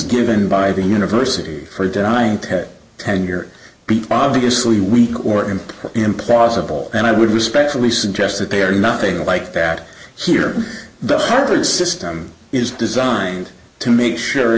given by the university for dying ten ten year be obviously weak or an impossible and i would respectfully suggest that they are nothing like that here the harvard system is designed to make sure